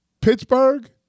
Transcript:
Pittsburgh